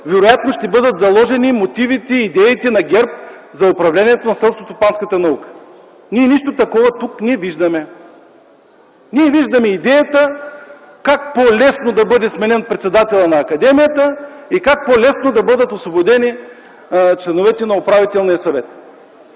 вероятно ще бъдат заложени мотивите и идеите на ГЕРБ за управлението на селскостопанската наука. Ние тук не виждаме нищо такова. Ние виждаме идеята как по-лесно да бъде сменен председателят на академията и как по-лесно да бъдат освободени членовете на Управителния съвет.